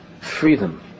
freedom